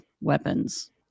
weapons